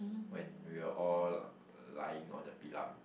when we were all lying on the tilam